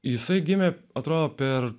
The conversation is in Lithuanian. jisai gimė atrodo per